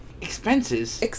expenses